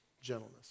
gentleness